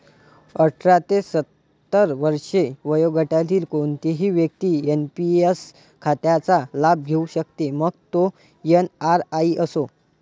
अठरा ते सत्तर वर्षे वयोगटातील कोणतीही व्यक्ती एन.पी.एस खात्याचा लाभ घेऊ शकते, मग तो एन.आर.आई असो